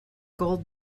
gold